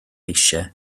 eisiau